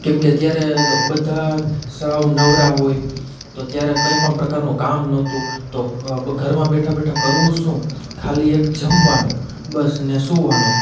કેમ કે ત્યારે બધા સાવ નવરા હોય તો ત્યારે કંઈપણ પ્રકારનું કામ નહોતું તો ઘરમાં બેઠા બેઠા કરવું શું ખાલી એક જમવાનું બસને સુવાનું